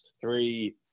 three